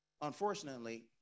Unfortunately